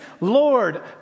lord